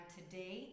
today